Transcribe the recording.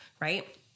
right